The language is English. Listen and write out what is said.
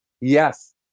Yes